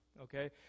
Okay